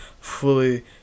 fully